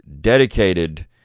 dedicated